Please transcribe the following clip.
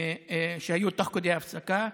שהיו תוך כדי ההפסקה,